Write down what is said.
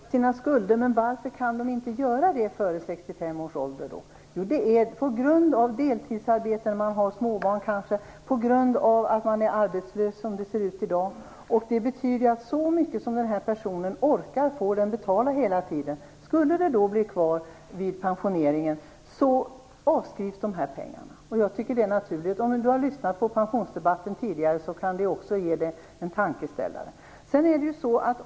Herr talman! Det är klart att man skall betala sina skulder, men varför kan man ofta inte göra det före 65 års ålder? Det beror på deltidsarbete - man har kanske småbarn - och som det ser ut i dag kan det också bero på att man är arbetslös. Vi menar att personen skall få betala så mycket som den orkar. Om det skulle bli något kvar vid pensioneringen avskrivs lånet. Jag tycker att det är naturligt. Om Ulf Kristersson har lyssnat på pensionsdebatten tidigare skulle det som sagts där också kunna ge honom en tankeställare.